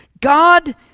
God